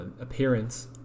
appearance